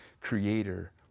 creator